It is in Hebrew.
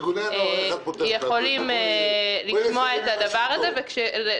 איך את פותרת את הפלונטר של ארגוני הנוער?